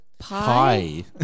Pie